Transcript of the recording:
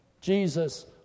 Jesus